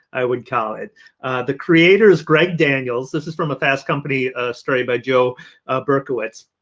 i would call it the creator is greg daniels this is from a fast company story by joe berkowitz.